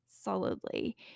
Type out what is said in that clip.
solidly